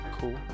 Cool